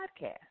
podcast